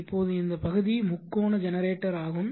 இப்போது இந்த பகுதி முக்கோண ஜெனரேட்டர் ஆகும்